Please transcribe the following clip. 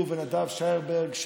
הוא ונדב שיינברג,